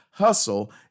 hustle